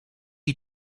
had